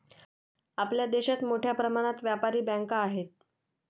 आपल्या देशात मोठ्या प्रमाणात व्यापारी बँका आहेत